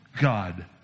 God